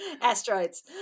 asteroids